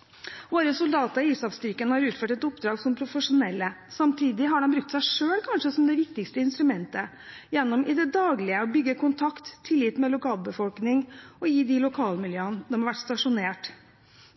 framtid. Våre soldater i ISAF-styrken har utført et oppdrag som profesjonelle. Samtidig har de brukt seg selv, kanskje som det viktigste instrumentet gjennom i det daglige å bygge kontakt med og tillit til lokalbefolkningen i de lokalmiljøene hvor de har vært stasjonert.